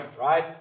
Right